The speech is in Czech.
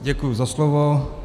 Děkuji za slovo.